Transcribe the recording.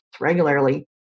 regularly